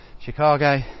Chicago